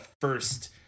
first